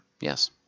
Yes